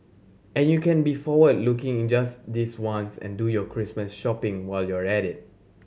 and you can be forward looking in just this once and do your Christmas shopping while you're at it